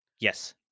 yes